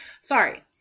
Sorry